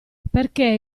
perché